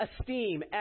esteem